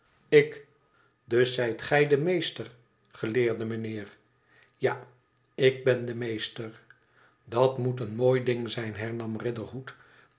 ik dus zijt gij de meester geleerde meneer ja ik ben de meester dat moet een mooi ding zijn